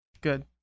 good